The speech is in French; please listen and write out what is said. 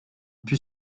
put